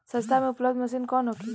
सस्ता में उपलब्ध मशीन कौन होखे?